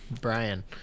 Brian